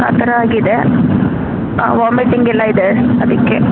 ಆ ಥರ ಆಗಿದೆ ವಾಮಿಟಿಂಗ್ ಎಲ್ಲ ಇದೆ ಅದಕ್ಕೆ